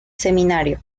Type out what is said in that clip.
seminario